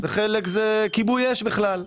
וחלק זה כיבוי אש בכלל.